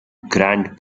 grant